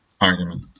argument